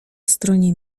stronie